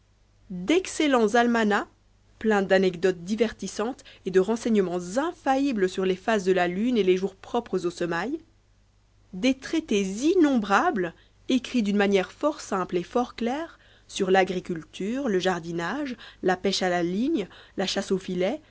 d'anecdotes divertissantes et de renseignements infaillibles sur les phases de la lune tiques étaient déjà ceux de robinson et de gulliver d'excellents almanachs pleins et les jours propres aux semailles des traités innombrables écrits d'une manière fort simple et fort claire sur l'agriculture le jardinage la pêche à la ligne la chasse au filet